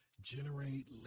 Generate